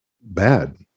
bad